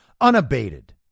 unabated